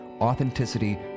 authenticity